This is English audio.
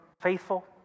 faithful